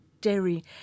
dairy